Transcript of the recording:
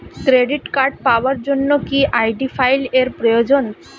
Credit card পাওয়ার জন্য কি আই.ডি ফাইল এর প্রয়োজন?